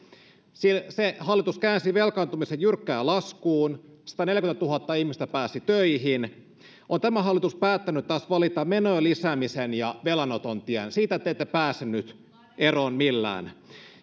se hallitus käänsi velkaantumisen jyrkkään laskuun ja sataneljäkymmentätuhatta ihmistä pääsi töihin on tämä hallitus päättänyt taas valita menojen lisäämisen ja velanoton tien siitä te ette pääse nyt eroon millään